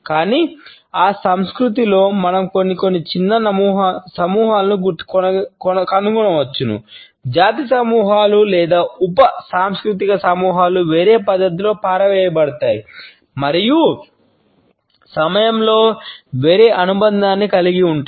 కానీ ఆ సంస్కృతిలో మనం కొన్ని చిన్న సమూహాలను కనుగొనవచ్చు జాతి సమూహాలు లేదా ఉప సాంస్కృతిక సమూహాలు వేరే పద్ధతిలో పారవేయబడతాయి మరియు సమయంతో వేరే అనుబంధాన్ని కలిగి ఉంటాయి